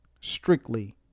strictly